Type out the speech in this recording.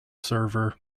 server